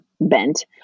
bent